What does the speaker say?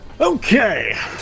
Okay